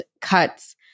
cuts